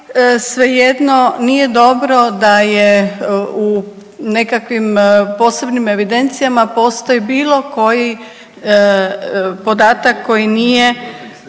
svejedno nije dobro da je u nekakvim posebnim evidencijama postoji bilo koji podatak koji nije,